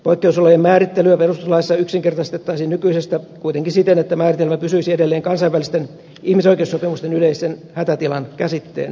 poikkeusolojen määrittelyä perustuslaissa yksinkertaistettaisiin nykyisestä kuitenkin siten että määritelmä pysyisi edelleen kansainvälisten ihmisoikeussopimusten yleisen hätätilan käsitteen piirissä